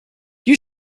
you